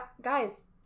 guys